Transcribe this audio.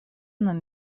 нам